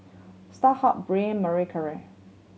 Starhub Braun Marie Claire